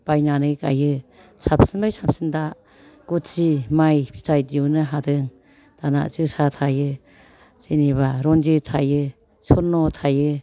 बायनानै गायो साबसिननिफ्राय साबसिन दा गुथि माइ फिथाइ दिहुननो हादों दाना जोसा थायो जेन'बा रन्जित थायो सनन' थायो